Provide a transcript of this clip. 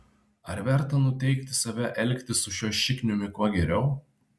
ar verta nuteikti save elgtis su šiuo šikniumi kuo geriau